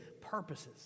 purposes